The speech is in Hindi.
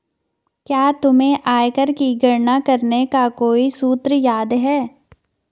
क्या तुम्हें आयकर की गणना करने का कोई सूत्र याद है?